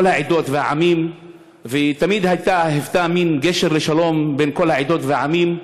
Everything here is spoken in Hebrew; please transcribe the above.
העדות והעמים ותמיד היוותה מין גשר לשלום בין כל העדות והעמים,